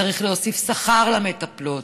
צריך להוסיף שכר למטפלות.